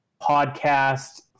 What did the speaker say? podcast